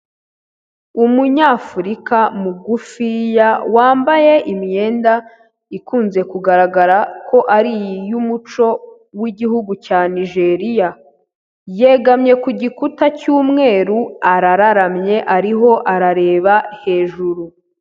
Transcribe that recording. Umunyafurika mugufiya wambaye imyenda ikunze kugaragara ko ari iy'umuco w'Igihugu cya Nigeria, yegamye ku gikuta cy'umweru arararamye ariho arareba hejuru.